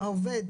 העובד